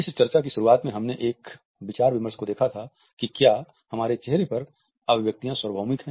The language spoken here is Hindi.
इस चर्चा की शुरुआत में हमने एक विचार विमर्श को देखा था कि क्या हमारे चेहरे पर अभिव्यक्तियाँ सार्वभौमिक है